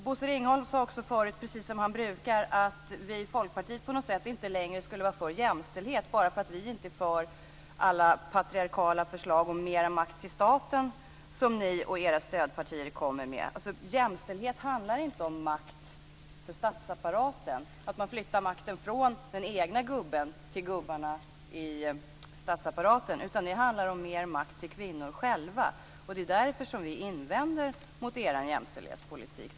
Bosse Ringholm sade förut, precis som han brukar, att vi i Folkpartiet på något sätt inte längre skulle vara för jämställdhet bara därför att vi inte är för alla patriarkaliska förslag om mer makt till staten som ni och era stödpartier kommer med. Jämställdhet handlar inte om makt för statsapparaten, att man flyttar makten från den egna gubben till gubbarna i statsapparaten. Det handlar om mer makt till kvinnorna själva, och det är därför som vi invänder mot er jämställdhetspolitik.